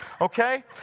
okay